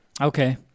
Okay